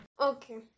Okay